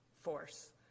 force